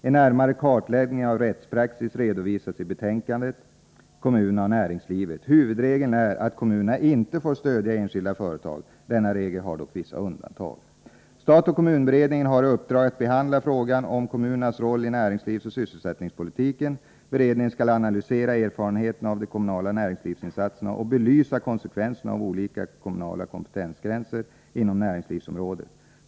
En närmare kartläggning av rättspraxis redovisas i betänkandet Kommunerna och näringslivet. Huvudregeln är att kommunerna inte får stödja enskilda företag. Denna regel har dock vissa undantag. Stat-kommun-beredningen har i uppdrag att behandla frågan om kommunernas roll i näringslivsoch sysselsättningspolitiken. Beredningen skall 7n analysera erfarenheterna av de kommunala näringslivsinsatserna och belysa konsekvenserna av olika kommunala kompetensgränser inom näringslivsområdet.